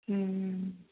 ହଁ